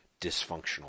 dysfunctional